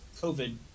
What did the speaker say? COVID